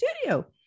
studio